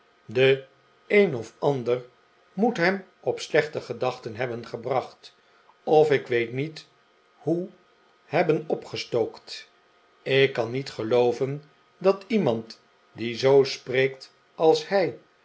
de een of ander moet hem op slechte gedachten hebben gebracht of ik weet niet hoe hebben opgestookt ik kan niet gelooven dat iemand die zoo spreekt als hij